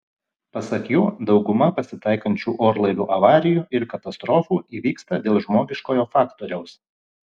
pasak jų dauguma pasitaikančių orlaivių avarijų ir katastrofų įvyksta dėl žmogiškojo faktoriaus